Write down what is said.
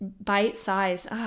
bite-sized